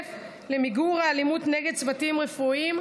יוסף למיגור האלימות נגד צוותים רפואיים.